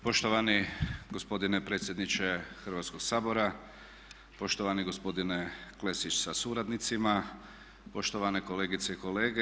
Poštovani gospodine predsjedniče Hrvatskog sabora, poštovani gospodine Klešić sa suradnicima, poštovane kolegice i kolege.